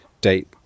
date